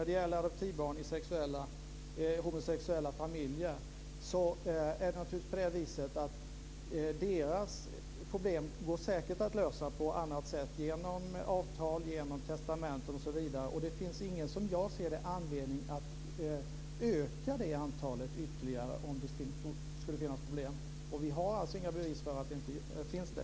Det går säkert att lösa problemen för adoptivbarn i homosexuella familjer på annat sätt, t.ex. genom avtal, testamenten osv. Som jag ser det finns det ingen anledning att öka det antalet ytterligare om det skulle finnas problem, och vi har alltså inga bevis för att så inte är fallet.